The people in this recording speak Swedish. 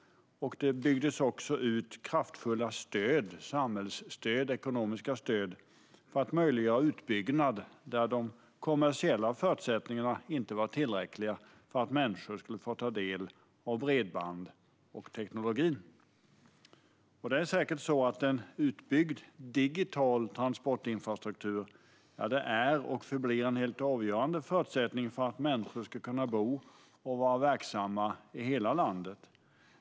Det byggdes ut kraftiga ekonomiska samhällsstöd för att möjliggöra utbyggnad där de kommersiella förutsättningarna inte var tillräckliga för att människor skulle kunna ta del av bredband och teknologin. Det är säkert så att en utbyggd digital transportinfrastruktur är och förblir en helt avgörande förutsättning för att människor ska kunna bo och vara verksamma i hela landet.